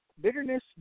Bitterness